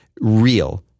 real